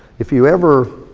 if you ever,